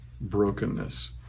brokenness